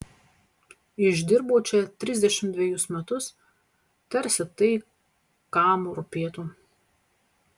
išdirbau čia trisdešimt dvejus metus tarsi tai kam rūpėtų